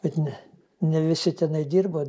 bet ne ne visi tenai dirbo